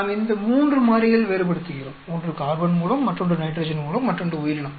நாம் இந்த மூன்று மாறிகள் வேறுபடுத்துகிறோம் ஒன்று கார்பன் மூலம் மற்றொன்று நைட்ரஜன் மூலம் மற்றொன்று உயிரினம்